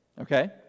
okay